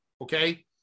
Okay